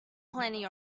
plenty